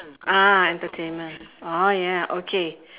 ah entertainment oh ya okay